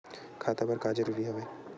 खाता का बर जरूरी हवे?